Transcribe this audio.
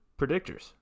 predictors